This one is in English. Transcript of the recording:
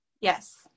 Yes